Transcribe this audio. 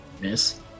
miss